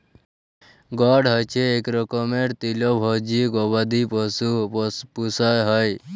goat হচ্যে ইক রকমের তৃলভজী গবাদি পশু পূষা হ্যয়